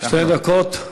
שתי דקות.